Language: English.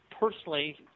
personally